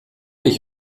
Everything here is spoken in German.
ich